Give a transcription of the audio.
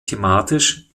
thematisch